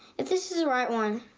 if this is the right one,